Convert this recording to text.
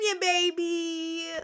baby